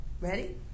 Ready